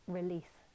release